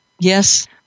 yes